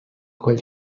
quel